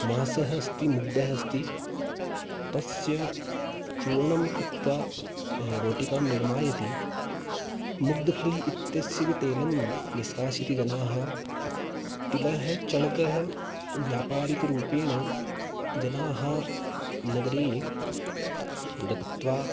माषः अस्ति मुग्धः अस्ति तस्य चूर्णं कृत्वा रोटिकां निर्मायति मुग्धफली इत्यस्यपि तैलं निष्कासयति जनाः तिलः चणकः व्यापारिकरूपेण जनाः नगरे गत्वा